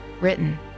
written